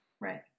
right